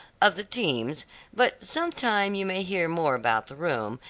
of the teams but some time you may hear more about the room,